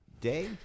day